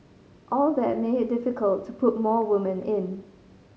all that made it difficult to put more women in